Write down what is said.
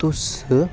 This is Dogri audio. तुस